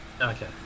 Okay